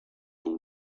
the